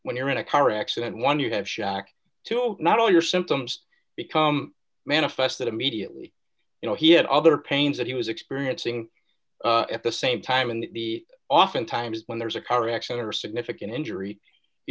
when you're in a car accident when you have shock to not all your symptoms become manifest that immediately you know he had other pains that he was experiencing at the same time in the oftentimes when there's a car accident or significant injury you